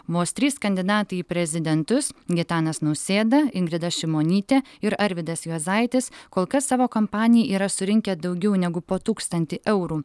vos trys kandidatai į prezidentus gitanas nausėda ingrida šimonytė ir arvydas juozaitis kol kas savo kampanijai yra surinkę daugiau negu po tūkstantį eurų